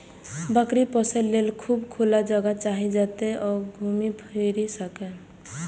बकरी पोसय लेल खूब खुला जगह चाही, जतय ओ घूमि फीरि सकय